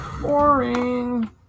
boring